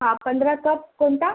हां पंधरा कप कोणता